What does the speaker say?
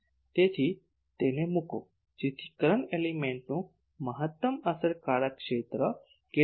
તેથી તેને મૂકો જેથી કરંટ એલિમેન્ટનું મહત્તમ અસરકારક ક્ષેત્ર કેટલું છે